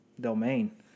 domain